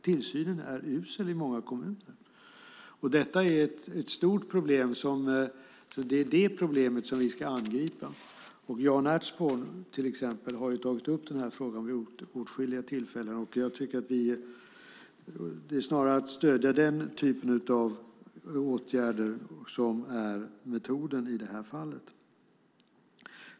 Tillsynen är usel i många kommuner. Detta är ett stort problem, och det är det problemet som vi ska angripa. Jan Ertsborn till exempel har tagit upp den här frågan vid åtskilliga tillfällen, och jag tycker att det snarare är att stödja den typen av åtgärder som är metoden i det här fallet.